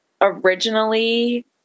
originally